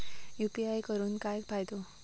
UPI करून काय फायदो?